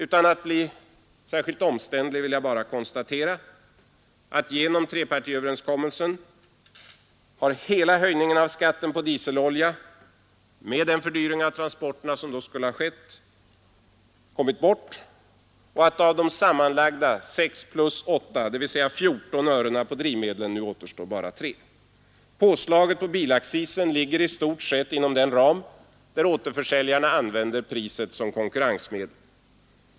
Utan att bli särskilt omständlig vill jag bara konstatera att genom trepartiöverenskommelsen har hela höjningen av skatten på dieselolja, med den fördyring av transporterna som då skulle ha skett, kommit bort och att av de sammanlagda 6+8 — dvs. 14 — örena på drivmedlen nu bara återstår 3. Påslaget på bilaccisen ligger i stort sett inom den ram där återförsäljarna använder priset som konkurrensmedel.